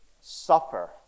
suffer